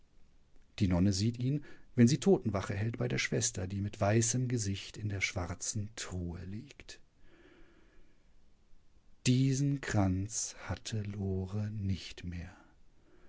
die nonne sieht ihn wenn sie totenwache hält bei der schwester die mit weißem gesicht in der schwarzen truhe liegt diesen kranz hatte lore nicht mehr